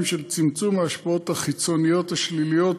של צמצום ההשפעות החיצוניות השליליות,